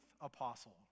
apostle